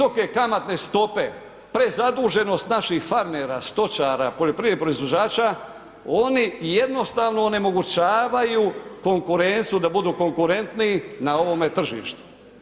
Visoke kamatne stope, prezaduženost naših farmera, stočara, poljoprivrednih proizvođača, oni jednostavno onemogućavaju konkurenciju, da budu konkurentniji na ovom tržištu.